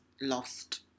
lost